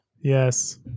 yes